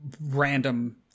random